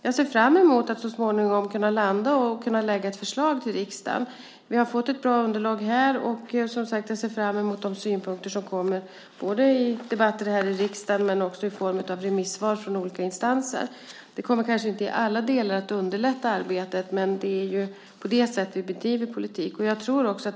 Jag ser fram emot att så småningom kunna landa och lägga fram ett förslag till riksdagen. Vi har fått ett bra underlag, och jag ser som sagt fram emot de synpunkter som kommer, både i debatter här i riksdagen och i form av remissvar från olika instanser. Det kommer kanske inte i alla delar att underlätta arbetet, men det är ju på det sättet vi bedriver politik.